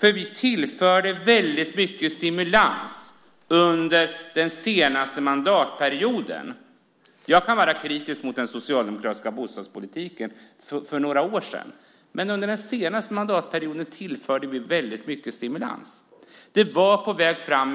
Vi tillförde nämligen mycket stimulans under den senaste mandatperioden. Jag kan vara kritisk mot den socialdemokratiska bostadspolitik som fördes för några år sedan, men under den senaste mandatperioden tillförde vi mycket stimulans.